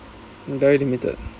very limited